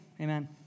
Amen